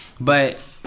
But-